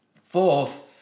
Fourth